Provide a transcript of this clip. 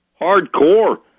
Hardcore